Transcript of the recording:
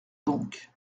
donc